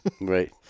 Right